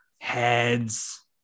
Heads